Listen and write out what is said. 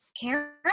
care